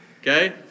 okay